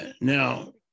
Now